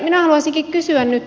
minä haluaisinkin kysyä nyt